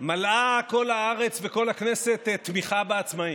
מלאה כל הארץ וכל הכנסת תמיכה בעצמאים.